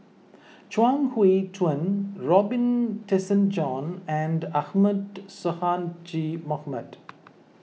Chuang Hui Tsuan Robin Tessensohn and Ahmad Sonhadji Mohamad